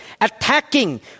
Attacking